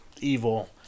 evil